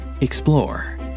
Explore